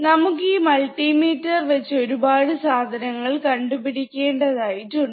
നമുക്ക് ഈ മൾട്ടിമീറ്റർ വെച്ച് ഒരുപാട് സാധനങ്ങൾ കണ്ടുപിടിക്കേണ്ടത് ആയിട്ടുണ്ട്